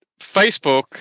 facebook